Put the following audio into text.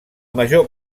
major